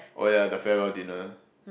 oh ya the farewell dinner